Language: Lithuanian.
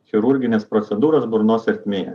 chirurginas procedūros burnos ertmėje